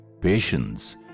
patience